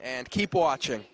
and keep watching